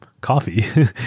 coffee